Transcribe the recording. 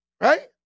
Right